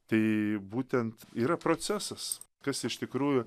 tai būtent yra procesas kas iš tikrųjų